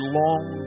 long